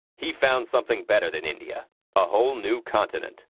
he found something better than india a whole new continent.